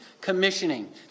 commissioning